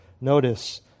Notice